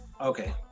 Okay